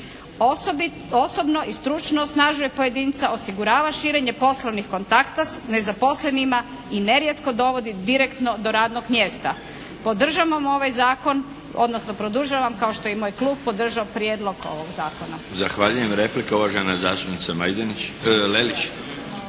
osobno i stručno osnažuje pojedinca, osigurava širenje poslovnih kontakta s nezaposlenima i nerijetko dovodi direktno do radnog mjesta. Podržavamo ovaj zakon odnosno produžavam kao što je i moj klub podržao prijedlog ovog zakona.